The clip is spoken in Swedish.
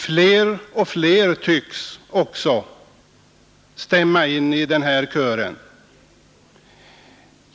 Fler och fler tycks också stämma in i denna kör.